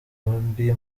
mbi